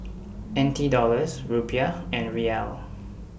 N T Dollars Rupiah and Riel